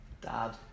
Dad